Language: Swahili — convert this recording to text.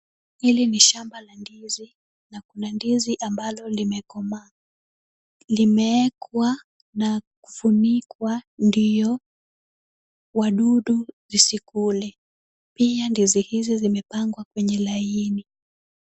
Hili ni shamba la ndizi na kuna ndizi ambalo limekomaa. Limewekwa na kufunikwa ndio wadudu zisikule. Pia ndizi hizi zimepangwa kwenye laini.